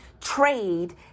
trade